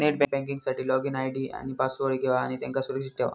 net banking साठी login ID आणि password घेवा आणि त्यांका सुरक्षित ठेवा